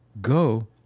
go